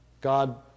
God